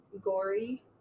gory